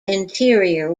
interior